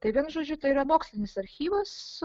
tai vienu žodžiu tai yra mokslinis archyvas